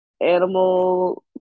animal